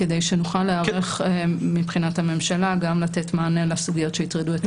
כדי שנוכל להיערך מבחינת הממשלה גם לתת מענה לסוגיות שהטרידו את הוועדה.